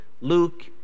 Luke